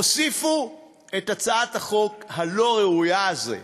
הוסיפו את הצעת החוק הלא-ראויה הזאת,